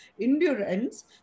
endurance